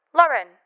Lauren